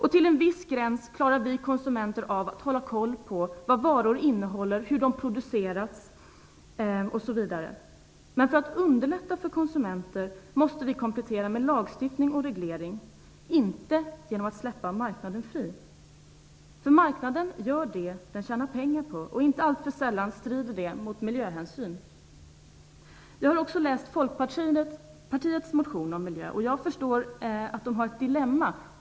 Till en viss gräns klarar vi konsumenter av att hålla koll på vad varor innehåller, hur de producerats osv. Men för att underlätta för konsumenter måste vi komplettera med lagstiftning och reglering, inte genom att släppa marknaden fri, för marknaden gör det den tjänar pengar på, och inte alltför sällan strider det mot miljöhänsyn. Jag har också läst Folkpartiets motion om miljö. Jag förstår att de har ett dilemma.